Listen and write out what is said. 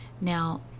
Now